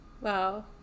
Wow